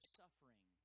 suffering